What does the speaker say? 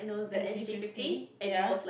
S_G fifty ya